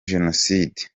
jenoside